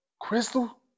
Crystal